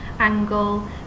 angle